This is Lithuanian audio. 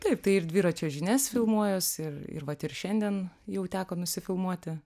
taip tai ir dviračio žinias filmuojuosi ir ir vat ir šiandien jau teko nusifilmuoti